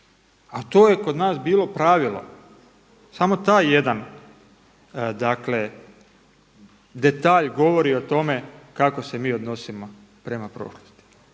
a to je kod nas bilo pravilo. Samo taj jedan detalj govori o tome kako se mi odnosimo prema prošlosti.